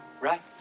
right